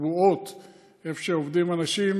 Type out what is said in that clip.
מצלמות קבועות איפה שעובדים אנשים,